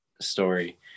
story